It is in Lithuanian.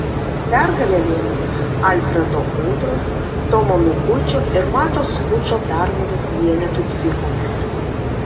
pergalę lėmė alfredo udros tomo mikučio ir mato skučo pergalės vienetų dvikovose